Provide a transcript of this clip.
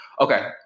okay